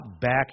back